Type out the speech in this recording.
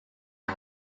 are